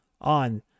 on